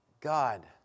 God